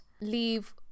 leave